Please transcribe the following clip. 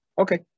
Okay